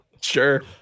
sure